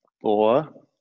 Four